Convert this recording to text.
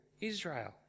Israel